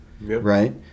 right